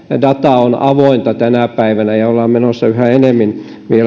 data on avointa tänä päivänä ja ollaan menossa vielä yhä enemmän